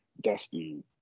Dusty